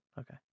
Okay